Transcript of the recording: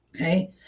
okay